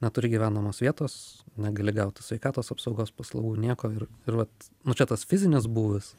neturi gyvenamos vietos negali gauti sveikatos apsaugos paslaugų nieko ir ir vat nu čia tas fizinis būvis